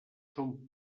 són